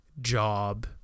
job